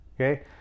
okay